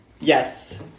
Yes